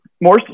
more